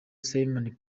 simon